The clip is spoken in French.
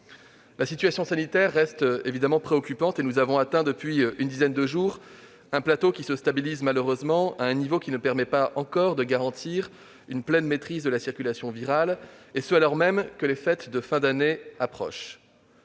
La situation sanitaire reste préoccupante, et nous avons atteint depuis une dizaine de jours un plateau, qui se situe malheureusement à un niveau ne permettant pas encore de garantir une pleine maîtrise de la circulation virale, alors même que les fêtes de fin d'année approchent.